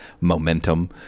momentum